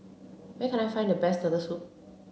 where can I find the best turtle soup